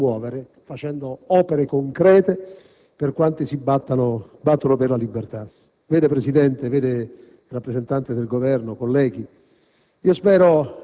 che sarà possibile rimuovere facendo opere concrete per quanti si battono per la libertà. Signor Presidente, signor rappresentante del Governo, colleghi,